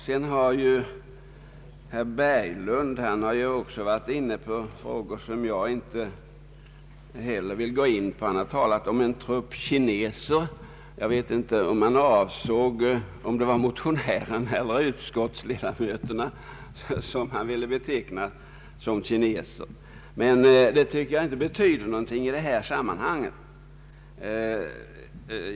Herr Berglund har varit inne på frågor som jag inte vill gå in närmare på. Han har talat om en trupp kineser. Jag vet inte om han ville beteckna motionärerna eller utskottsledamöterna som kineser, men jag anser inte att det betyder något i detta sammanhang.